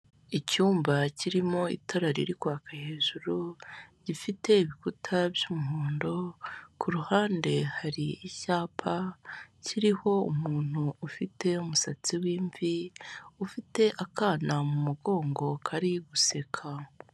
Icyumba kirimo itara riri kwaka hejuru, gifite ibikuta by'umuhondo, ku ruhande hari icyapa kiriho umuntu ufite umusatsi w'imvi, ufite akana mu mugongo kari guseka.